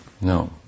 No